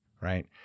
Right